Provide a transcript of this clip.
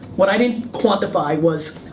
what i didn't quantify was,